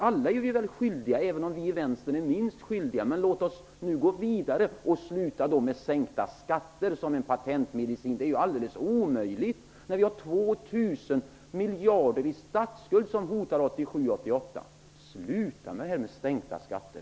Alla är vi väl skyldiga, även om vi inom vänstern är minst skyldiga. Men låt oss nu gå vidare och sluta med sänkta skatter som patentmedicin! Det är alldeles omöjligt när vi har 2 000 miljarder i statsskuld som hotar 1997/98. Sluta med sänkta skatter!